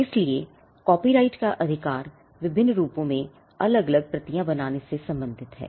इसलिए कॉपीराइट का विशेष अधिकार विभिन्न रूपों में में अधिक प्रतियां बनाने से संबंधित है